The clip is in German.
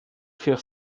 für